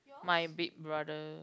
my big brother